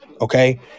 okay